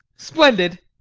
splendid.